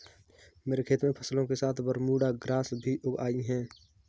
मेरे खेत में फसलों के साथ बरमूडा ग्रास भी उग आई हैं